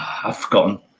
have gone